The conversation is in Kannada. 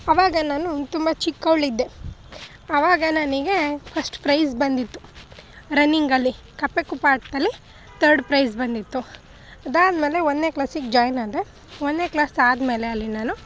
ಅವಾಗ ನಾನು ತುಂಬ ಚಿಕ್ಕವಳಿದ್ದೆ ಅವಾಗ ನನಗೆ ಫಸ್ಟ್ ಪ್ರೈಝ್ ಬಂದಿತ್ತು ರನ್ನಿಂಗಲ್ಲಿ ಕಪ್ಪೆ ಕುಪ್ಪ ಆಟದಲ್ಲಿ ಥರ್ಡ್ ಪ್ರೈಝ್ ಬಂದಿತ್ತು ಅದಾದ್ಮೇಲೆ ಒಂದನೇ ಕ್ಲಾಸಿಗೆ ಜಾಯ್ನ್ ಆದೆ ಒಂದನೇ ಕ್ಲಾಸ್ ಆದಮೇಲೆ ಅಲ್ಲಿ ನಾನು